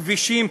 כבישים,